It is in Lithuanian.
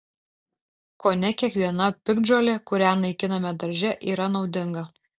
kone kiekviena piktžolė kurią naikiname darže yra naudinga